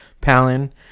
Palin